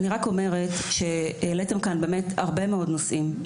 אני רק אומרת שהעליתם כאן באמת הרבה מאוד נושאים.